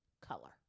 color